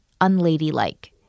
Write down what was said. Unladylike